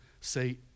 say